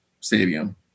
stadium